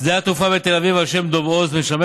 שדה התעופה בתל אביב על שם דב הוז משמש